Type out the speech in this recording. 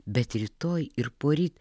bet rytoj ir poryt